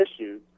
issues